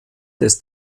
des